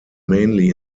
mainly